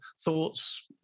thoughts